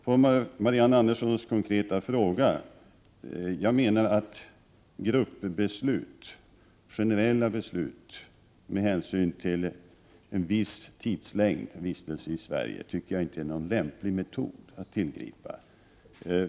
På Marianne Anderssons konkreta fråga vill jag svara att jag inte tycker att gruppbeslut, generella beslut, med utgångspunkt i en viss tidslängds vistelse i Sverige, är någon lämplig metod att tillgripa.